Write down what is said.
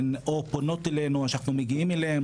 שהן פונות אלינו או שאנחנו מגיעים אליהן,